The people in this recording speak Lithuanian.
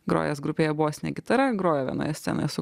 grojęs grupėje bosine gitara grojo vienoje scenoje su